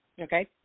Okay